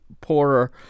poorer